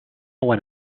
one